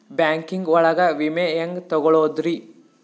Banking ಒಳಗ ವಿಮೆ ಹೆಂಗ್ ತೊಗೊಳೋದ್ರಿ?